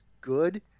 good